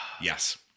Yes